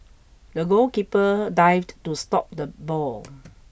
the goalkeeper dived to stop the ball